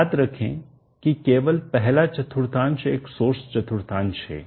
याद रखें कि केवल पहला चतुर्थांश एक सोर्स चतुर्थांश है